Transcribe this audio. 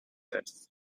death